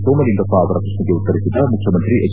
ಸೋಮಲಿಂಗಪ್ಪ ಅವರ ಪ್ರಶ್ನೆಗೆ ಉತ್ತರಿಸಿದ ಮುಖ್ಯಮಂತ್ರಿ ಎಚ್